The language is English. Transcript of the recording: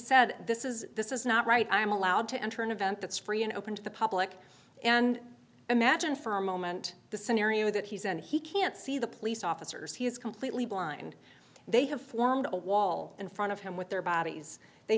said this is this is not right i'm allowed to enter an event that's free and open to the public and imagine for a moment the scenario that he's and he can't see the police officers he is completely blind they have formed a wall in front of him with their bodies they